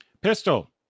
Pistol